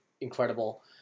incredible